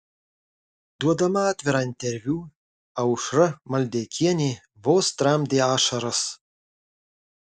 duodama atvirą interviu aušra maldeikienė vos tramdė ašaras